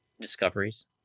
discoveries